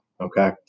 Okay